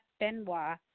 Benoit